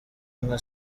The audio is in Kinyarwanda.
nka